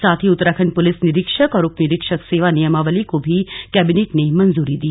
साथ ही उत्तराखण्ड पुलिस निरीक्षक और उप निरीक्षक सेवा नियमावली को भी कैबिनेट ने मंजूरी दी